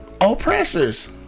oppressors